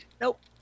Nope